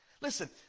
Listen